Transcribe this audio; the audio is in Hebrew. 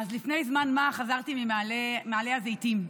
לפני זמן מה חזרתי ממעלה הזיתים.